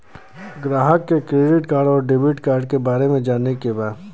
ग्राहक के credit card और डेविड कार्ड के बारे में जाने के बा?